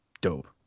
dope